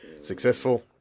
successful